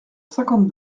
cinquante